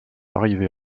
arrivés